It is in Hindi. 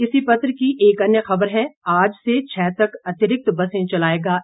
इसी पत्र की एक अन्य खबर है आज से छह तक अतिरिक्त बसें चलाएगा एचआरटीसी